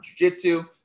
jujitsu